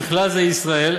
ובכלל זה ישראל,